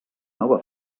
nova